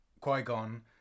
Qui-Gon